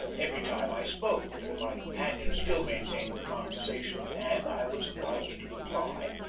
every time i spoke, for my companion still maintained the conversation and i was obliged to reply,